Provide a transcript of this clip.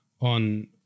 on